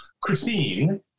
christine